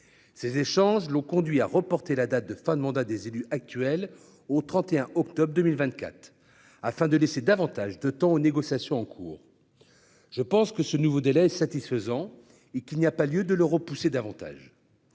Ces échanges l'ont conduite à reporter la date de fin de mandat des élus actuels au 31 octobre 2024, afin de laisser davantage de temps aux négociations en cours. Je pense que ce nouveau délai est satisfaisant et qu'il n'y a pas lieu de le repousser davantage.